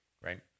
right